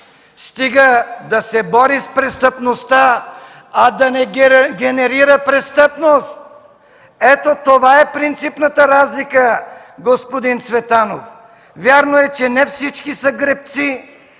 стига да се бори с престъпността, а да не генерира престъпност. Ето, това е принципната разлика, господин Цветанов. Вярно е, че не всички са гребци